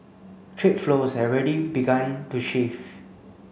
trade flows have already begun to shift